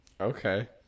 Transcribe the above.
Okay